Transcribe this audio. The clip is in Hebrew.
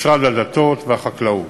משרד הדתות ומשרד החקלאות.